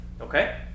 okay